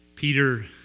Peter